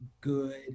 good